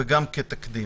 וגם כתקדים.